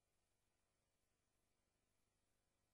נו, בדיוק